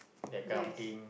yes